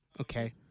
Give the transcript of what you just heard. Okay